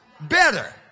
better